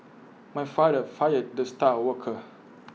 my father fired the star worker